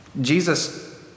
Jesus